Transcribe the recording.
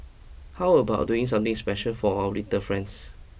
how about doing something special for our little friends